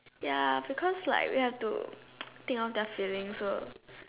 ya because like we have to think so